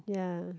ya